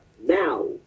now